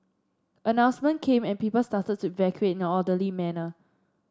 announcement came and people started to evacuate in an orderly manner